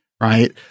Right